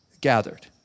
gathered